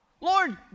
Lord